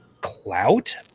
clout